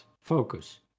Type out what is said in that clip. focus